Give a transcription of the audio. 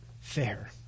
fair